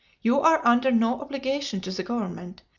you are under no obligation to the government,